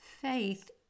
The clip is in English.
faith